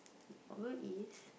problem is